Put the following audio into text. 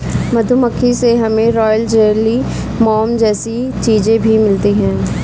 मधुमक्खी से हमे रॉयल जेली, मोम जैसी चीजे भी मिलती है